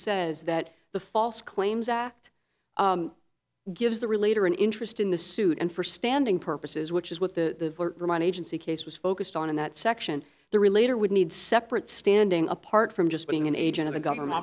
says that the false claims act gives the relator an interest in the suit and for standing purposes which is what the mine agency case was focused on in that section the relator would need separate standing apart from just being an agent of a government